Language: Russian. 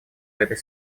этой